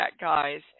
guys